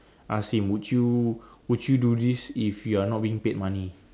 I ask him would you would you do this if you are not being paid money